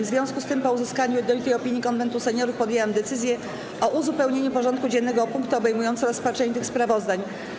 W związku z tym, po uzyskaniu jednolitej opinii Konwentu Seniorów, podjęłam decyzję o uzupełnieniu porządku dziennego o punkty obejmujące rozpatrzenie tych sprawozdań.